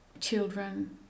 children